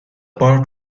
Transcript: part